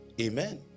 amen